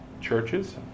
Churches